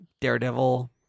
Daredevil